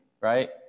right